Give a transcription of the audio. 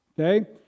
Okay